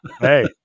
hey